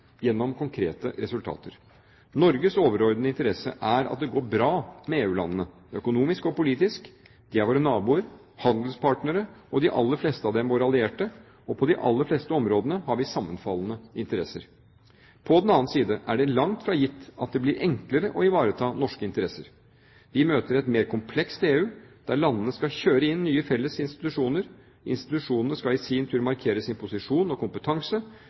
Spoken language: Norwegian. gjennom konkrete resultater. Norges overordnede interesse er at det går bra med EU-landene økonomisk og politisk – de er våre naboer, handelspartnere og de aller fleste av dem våre allierte, og på de aller fleste områdene har vi sammenfallende interesser. På den annen side er det langt fra gitt at det blir enklere å ivareta norske interesser. Vi møter et mer komplekst EU der landene skal «kjøre inn» nye felles institusjoner, institusjonene skal i sin tur markere sin posisjon og kompetanse